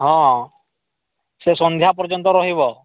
ହଁ ସେ ସନ୍ଧ୍ୟା ପର୍ଯ୍ୟନ୍ତ ରହିବ